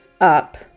up